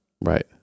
Right